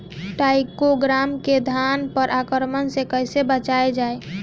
टाइक्रोग्रामा के धान पर आक्रमण से कैसे बचाया जाए?